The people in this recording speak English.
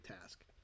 task